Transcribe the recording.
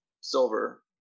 silver